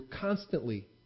constantly